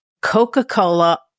Coca-Cola